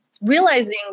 realizing